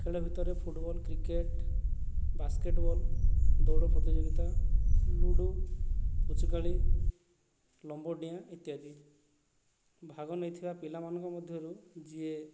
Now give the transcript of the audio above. ଖେଳ ଭିତରେ football cricket basketball ଦୌଡ଼ ପ୍ରତିଯୋଗିତା ଲୁଡ଼ୁ ଲୁଚକାଳି ଲମ୍ବ ଡିଆଁ ଇତ୍ୟାଦି ଭାଗ ନେଇଥିବା ପିଲାମାନଙ୍କ ମଧ୍ୟରୁ ଯିଏ